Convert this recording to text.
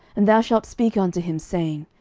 and thou shalt speak unto him, saying,